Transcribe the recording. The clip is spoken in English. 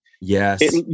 Yes